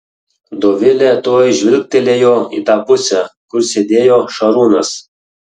dovilė tuoj žvilgtelėjo į tą pusę kur sėdėjo šarūnas